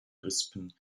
rispen